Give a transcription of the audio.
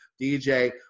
DJ